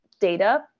data